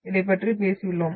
இதைப் பற்றி பேசியுள்ளோம்